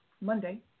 Monday